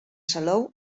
salou